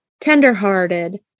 tenderhearted